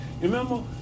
Remember